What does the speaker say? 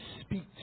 speak